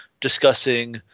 discussing